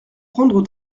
prendre